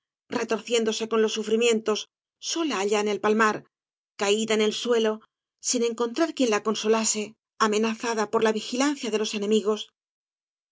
neleta retorciéndose con los sufrimientos sola allá en el palmar caída en el suelo sin encontrar quien la consolase amenazada por la vigilancia de los enemigos